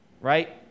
Right